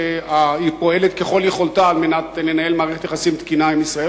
שהיא פועלת ככל יכולתה על מנת לנהל מערכת יחסים תקינה עם ישראל.